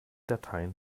dateien